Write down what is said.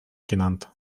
genannt